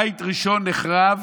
בית ראשון נחרב